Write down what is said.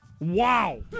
wow